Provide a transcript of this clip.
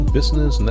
Business